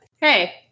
hey